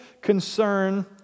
concern